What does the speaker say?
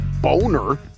boner